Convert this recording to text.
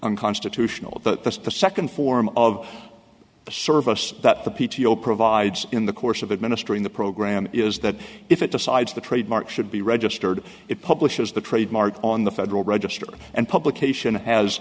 unconstitutional that that's the second form of the service that the p t o provides in the course of administering the program is that if it decides the trademark should be registered it publishes the trademark on the federal register and publication as